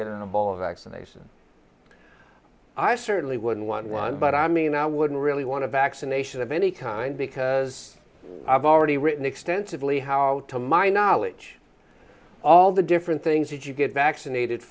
a vaccination i certainly wouldn't want one but i mean i wouldn't really want to vaccination of any kind because i've already written extensively how to my knowledge all the different things that you get vaccinated